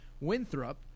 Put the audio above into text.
Winthrop